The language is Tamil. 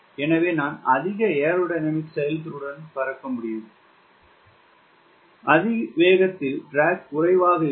எனவே நான் அதிக ஏரோடைனமிக் செயல்திறனுடன் பறக்க முடியும் அதிக வேகத்தில் ட்ராக் குறைவாக இருக்கும்